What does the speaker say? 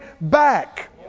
back